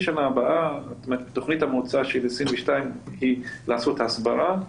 תוכנית המוצא של 2022 היא לעשות הסברה,